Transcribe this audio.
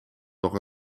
doch